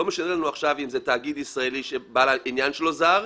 לא משנה לנו עכשיו אם זה תאגיד ישראלי שבעל העניין שלו זר,